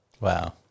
Wow